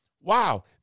wow